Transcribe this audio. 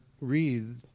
read